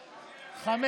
4, 5,